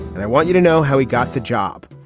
and i want you to know how he got the job.